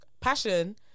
passion